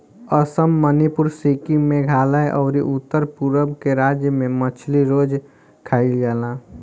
असम, मणिपुर, सिक्किम, मेघालय अउरी उत्तर पूरब के राज्य में मछली रोज खाईल जाला